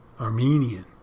Armenian